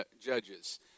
Judges